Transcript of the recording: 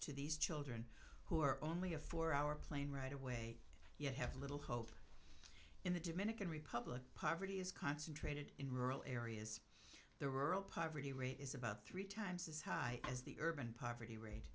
to these children who are only a four hour plane ride away yet have little hope in the dominican republic poverty is concentrated in rural areas the rural poverty rate is about three times as high as the urban poverty rate